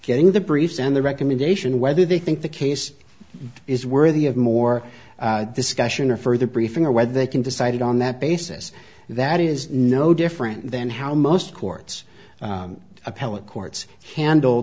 getting the briefs and the recommendation whether they think the case is worthy of more discussion or further briefing or whether they can decide on that basis that is no different than how most courts appellate courts handle